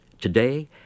Today